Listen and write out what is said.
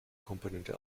komponente